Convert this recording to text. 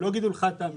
זה לא גידול חד פעמי.